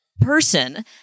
person